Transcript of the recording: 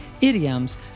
idioms